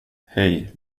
hej